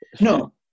No